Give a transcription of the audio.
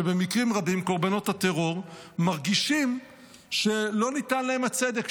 כשבמקרים רבים קורבנות הטרור מרגישים שלא ניתן להם הצדק,